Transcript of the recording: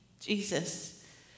Jesus